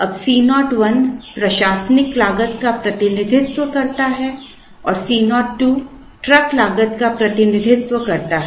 अब C 0 1 प्रशासनिक लागत का प्रतिनिधित्व करता है और C 0 2 ट्रक लागत का प्रतिनिधित्व करता है